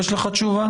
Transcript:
יש לך תשובה?